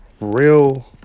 real